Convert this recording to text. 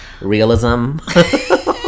Realism